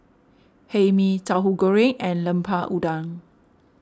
Hae Mee Tauhu Goreng and Lemper Udang